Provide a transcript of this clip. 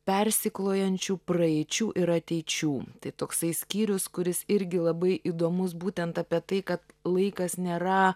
persiklojančių praeičių ir ateičių tai toksai skyrius kuris irgi labai įdomus būtent apie tai kad laikas nėra